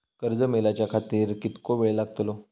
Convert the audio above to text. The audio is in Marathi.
कर्ज मेलाच्या खातिर कीतको वेळ लागतलो?